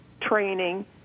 training